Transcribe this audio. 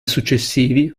successivi